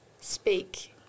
speak